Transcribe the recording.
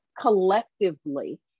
collectively